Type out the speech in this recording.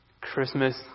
Christmas